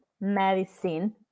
Medicine